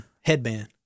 headband